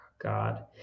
God